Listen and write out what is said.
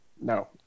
No